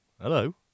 hello